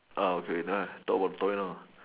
ah okay then talk about the toy now